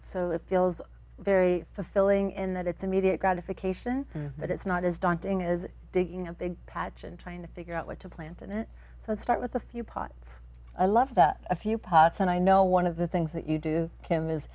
so it feels very fulfilling in that it's immediate gratification but it's not as daunting as digging up a patch and trying to figure out what to plant and it let's start with a few pots i love that a few pots and i know one of the things that you do is kim